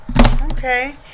Okay